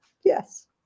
yes